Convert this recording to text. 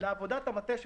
לעבודת המטה שלכם,